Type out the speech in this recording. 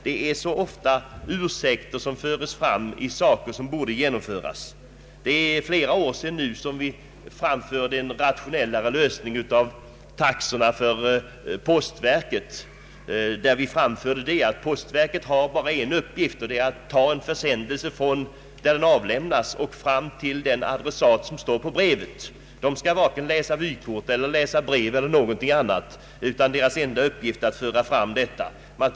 Det är ledsamt att ursäkter mycket ofta förs fram när det gäller saker som borde genomföras. Det är nu flera år sedan vi lade fram förslag till en rationellare lösning av taxorna för postverket. Vi anförde att postverket bara har en uppgift, nämligen att befordra en försändelse från avlämningsplatsen fram till den adressat som står på försändelsen. Verket skall varken läsa vykort, brev eller någonting annat, utan dess enda uppgift är att föra fram försändelsen.